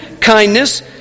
kindness